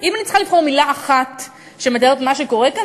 אם אני צריכה לבחור מילה אחת שמתארת את מה שקורה כאן,